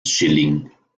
schilling